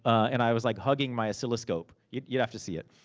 and i was like hugging my oscilloscope. you'd you'd have to see it.